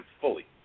fully